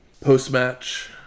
Post-match